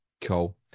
Cool